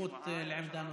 זכות לעמדה נוספת.